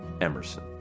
Emerson